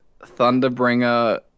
Thunderbringer